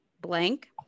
blank